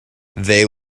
they